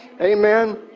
Amen